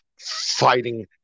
fighting